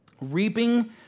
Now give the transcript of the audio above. reaping